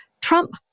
Trump